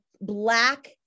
black